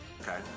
Okay